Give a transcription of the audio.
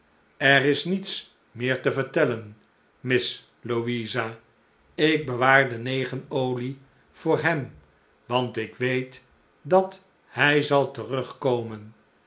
er is niets meer te vertellen miss louisa ik bewaar de negen olie voor hem want ik weet dat hij zal terugkomen